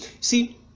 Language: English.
See